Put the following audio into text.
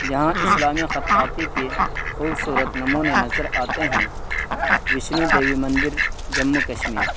جہاں اسلامی خطاطی کے خوبصورت نمونے نظر آتے ہیں وشنو دیوی مندر جموں کشمیر